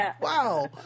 Wow